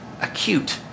acute